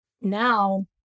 now